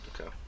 Okay